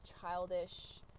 childish